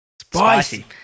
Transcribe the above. Spicy